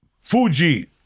fuji